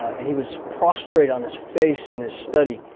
and he was prostrate on his face in his study.